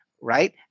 right